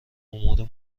امور